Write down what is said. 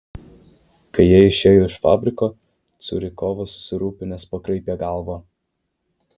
kai jie išėjo iš fabriko curikovas susirūpinęs pakraipė galva